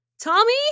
Tommy